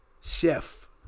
chef